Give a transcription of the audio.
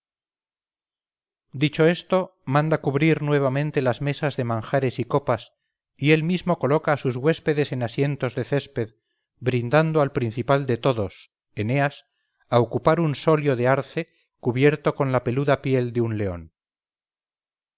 dicho esto manda cubrir nuevamente las mesas de manjares y copas y él mismo coloca a sus huéspedes en asientos de césped brindando al principal de todos eneas a ocupar un solio de arce cubierto con la peluda piel de un león